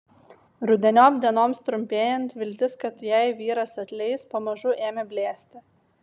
rudeniop dienoms trumpėjant viltis kad jai vyras atleis pamažu ėmė blėsti